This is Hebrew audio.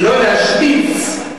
לא להשוויץ,